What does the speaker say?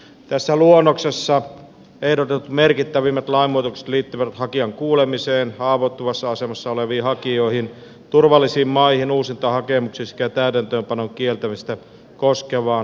tässä luonnoksessa ehdotetut merkittävimmät lainmuutokset liittyvät hakijan kuulemiseen haavoittuvassa asemassa oleviin hakijoihin turvallisiin maihin uusintahakemuksiin sekä täytäntöönpanon kieltämistä koskevaan hakemukseen